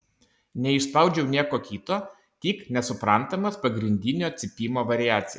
neišspaudžiau nieko kito tik nesuprantamas pagrindinio cypimo variacijas